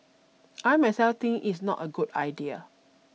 I myself think it's not a good idea